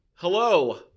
Hello